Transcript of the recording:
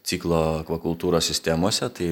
ciklo akvakultūros sistemose tai